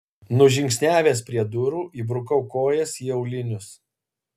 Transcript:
nužingsniavęs prie durų įbrukau kojas į aulinius